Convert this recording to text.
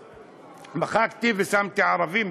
מחקתי והכנסתי ערבים.